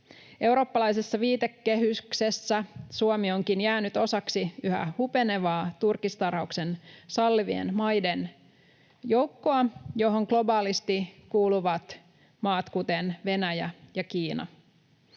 Eurooppalaisessa viitekehyksessä Suomi onkin jäänyt osaksi yhä hupenevaa turkistarhauksen sallivien maiden joukkoa, johon globaalisti kuuluvat maat, kuten Venäjä ja Kiina.